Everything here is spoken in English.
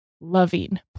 loving